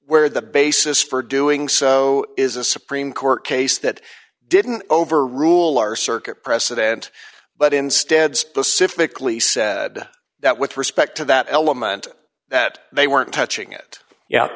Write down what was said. where the basis for doing so is a supreme court case that didn't over rule or circuit precedent but instead specifically said that with respect to that element that they weren't touching it y